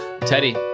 teddy